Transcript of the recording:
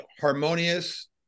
harmonious